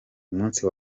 umunsi